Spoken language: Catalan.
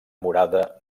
murada